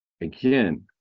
Again